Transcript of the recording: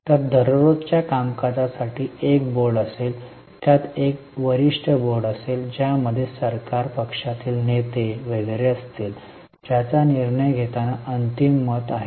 तर दररोजच्या कामकाजासाठी एक बोर्ड असेल त्यात एक वरिष्ठ बोर्ड असेल ज्यामध्ये सरकार पक्षातील नेते वगैरे असतील ज्यांचा निर्णय घेताना अंतिम मत आहे